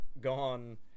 gone